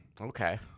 Okay